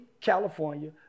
California